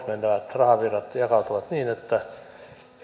menevät rahavirrat jakautuvat niin että